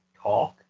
talk